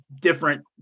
different